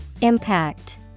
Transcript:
Impact